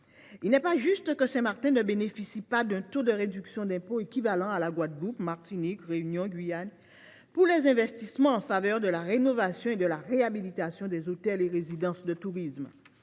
Il n’est pas juste que Saint Martin ne bénéficie pas d’un taux de réduction d’impôt équivalent à ceux de la Guadeloupe, de la Martinique, de La Réunion ou de la Guyane pour les investissements en faveur de la rénovation et de la réhabilitation des hôtels et résidences de tourisme.